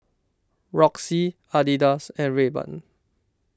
Roxy Adidas and Rayban